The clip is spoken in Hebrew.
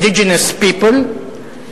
indigenous people,